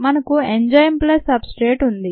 మనకు enzyme plus substrate ఉంది